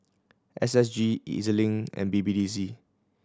S S G E Z Link and B B D C